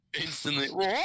instantly